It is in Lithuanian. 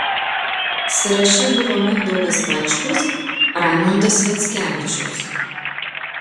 sąraše buvo mindaugas bačkus raimondas sviackevičius